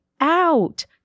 out